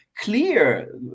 clear